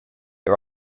are